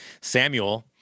Samuel